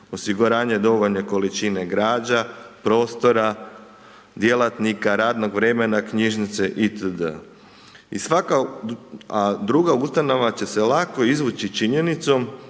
osiguranje dovoljne količine građa, prostora, djelatnika, radnog vremena knjižnice itd. I svaka druga ustanova će se lako izvući činjenicom